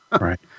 Right